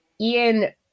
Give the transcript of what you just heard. Ian